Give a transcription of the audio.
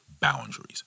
boundaries